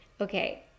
Okay